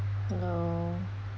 hello